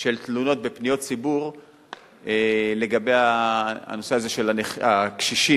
של תלונות בפניות ציבור לגבי הנושא הזה של הקשישים,